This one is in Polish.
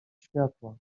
światła